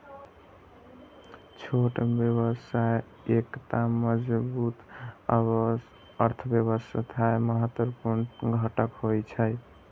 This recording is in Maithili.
छोट व्यवसाय एकटा मजबूत अर्थव्यवस्थाक महत्वपूर्ण घटक होइ छै